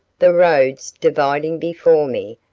the roads dividing before me,